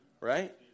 Right